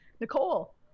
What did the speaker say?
Nicole